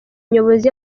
nyobozi